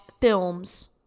films